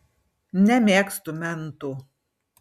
nemėgstu mentų